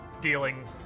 dealing